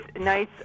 nice